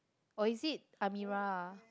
or is it Amirah